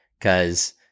Cause